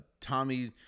Tommy